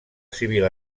civil